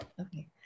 Okay